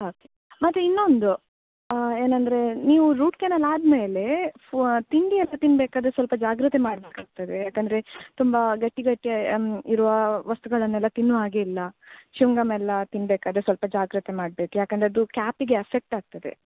okay ಮತ್ತು ಇನ್ನೊಂದು ಏನಂದರೆ ನೀವು ರೂಟ್ ಕೆನಾಲ್ ಆದ್ಮೇಲೆ ಫಾ ತಿಂಡಿ ಎಲ್ಲ ತಿನ್ಬೇಕಾದರೆ ಸ್ವಲ್ಪ ಜಾಗ್ರತೆ ಮಾಡ್ಬೇಕಾಗ್ತದೆ ಯಾಕಂದರೆ ತುಂಬ ಗಟ್ಟಿ ಗಟ್ಟಿ ಇರುವ ವಸ್ತುಗಳನ್ನೆಲ್ಲ ತಿನ್ನುವ ಹಾಗೆ ಇಲ್ಲ ಚುಂಗಮ್ ಎಲ್ಲಾ ತಿನ್ಬೇಕಾದರೆ ಸ್ವಲ್ಪ ಜಾಗ್ರತೆ ಮಾಡ್ಬೇಕು ಯಾಕಂದರೆ ಅದು ಕ್ಯಾಪಿಗೆ ಅಫೆಕ್ಟ್ ಆಗ್ತದೆ